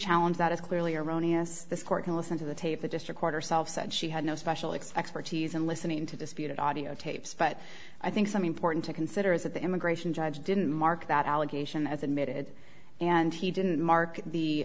challenge that is clearly erroneous this court can listen to the tape the district court herself said she had no special expects parties and listening to disputed audiotapes but i think some important to consider is that the immigration judge didn't mark that allegation as admitted and he didn't mark the